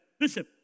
Listen